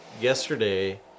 yesterday